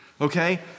okay